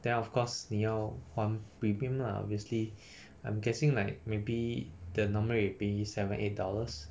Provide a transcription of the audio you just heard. then of course 你要还 premium lah obviously I'm guessing like maybe the normal you pay seven eight dollars